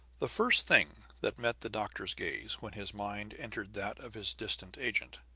the first thing that met the doctor's gaze, when his mind entered that of his distant agent,